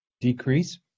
decrease